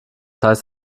heißt